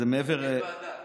זה מעבר, כי אין ועדה.